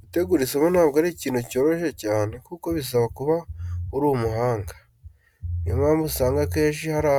Gutegura isomo ntabwo ari ikintu cyoroshye cyane kuko bisaba kuba uri umuhanga. Niyo mpamvu usanga akenshi hari